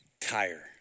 tire